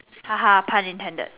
haha pun intended